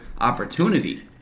opportunity